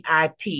VIP